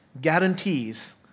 guarantees